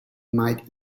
might